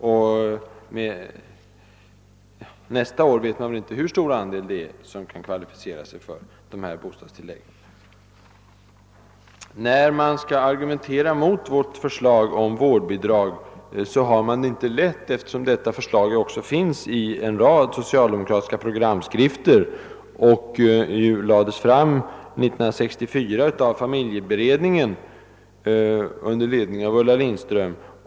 För nästa år vet vi inte hur stor andel av barnfamiljerna som kvalificerar sig för dessa bostadstillägg. När man skall argumentera mot vårt förslag om vårdbidrag, har man det inte lätt, eftersom sådana förslag också återfinnes i en rad socialdemokratiska programskrifter. Och det lades fram 1964 av familjeberedningen under ledning av fru Ulla Lindström.